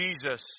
Jesus